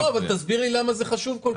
--- לא, אבל תסביר לי למה זה חשוב כל כך.